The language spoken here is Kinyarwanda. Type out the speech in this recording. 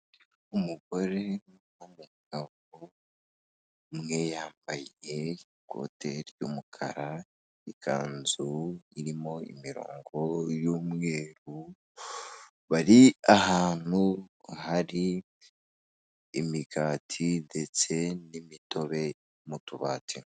Umugore n'umugabo, umwe yambaye ikote ry'umukara, ikanzu irimo imirongo y'umweru, bari ahantu hari imigati ndetse n'imitobe mu tubati.